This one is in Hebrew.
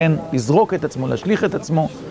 אין לזרוק את עצמו, להשליך את עצמו.